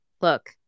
look